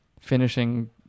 finishing